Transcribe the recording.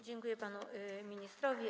Dziękuję panu ministrowi.